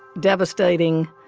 devastating,